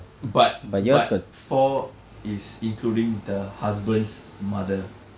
but but four is including the husband's mother